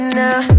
now